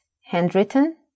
handwritten